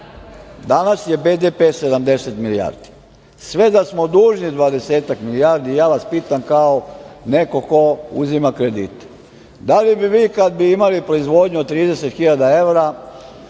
itd? Danas je BDP 70 milijardi. Sve i da smo dužni dvadesetak milijardi, ja vas pitam kao neko ko uzima kredite da li bi vi, kada bi imali proizvodnju od 30.000 evra,